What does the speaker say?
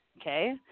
Okay